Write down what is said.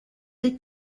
they